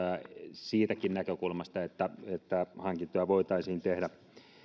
siitäkin näkökulmasta että että hankintoja voitaisiin tehdä